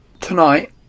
Tonight